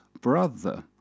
brother